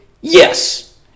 yes